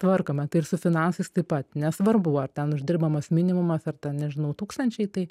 tvarkome tai ir su finansais taip pat nesvarbu ar ten uždirbamas minimumas ar ten nežinau tūkstančiai tai